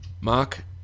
mark